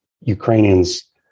Ukrainians